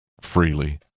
freely